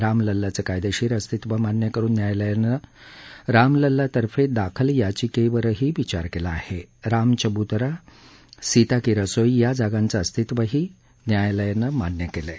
रामलल्लाचं कायदेशीर अस्तित्त्व मान्य करुन न्यायालयानं रामलल्ला तर्फे दाखल याचिकेवरही विचार केला आहे रामचबुतरा सीता की रसोई या जागांचं अस्तित्त्वही न्यायालयानं मान्य केलं आहे